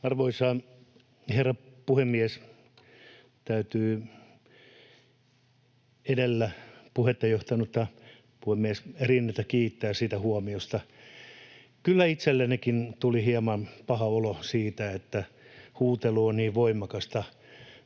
Arvoisa herra puhemies! Täytyy edellä puhetta johtanutta puhemies Rinnettä kiittää huomiosta. Kyllä itsellenikin tuli hieman paha olo siitä, että huutelu on niin voimakasta